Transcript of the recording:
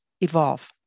evolve